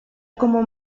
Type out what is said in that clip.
como